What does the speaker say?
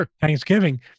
Thanksgiving